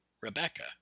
Rebecca